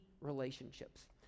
relationships